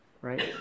right